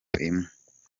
rimwe